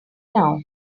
now